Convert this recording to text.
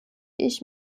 ich